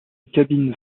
cabine